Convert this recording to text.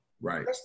Right